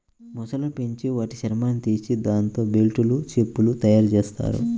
మొసళ్ళను పెంచి వాటి చర్మాన్ని తీసి దాంతో బెల్టులు, చెప్పులు తయ్యారుజెత్తారు